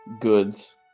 goods